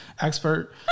expert